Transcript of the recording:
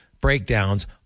breakdowns